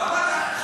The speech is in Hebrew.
למה?